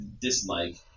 dislike